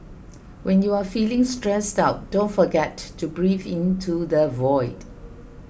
when you are feeling stressed out don't forget to breathe into the void